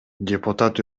депутат